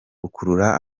gukurura